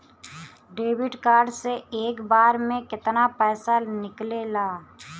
Debit card से एक बार मे केतना पैसा निकले ला?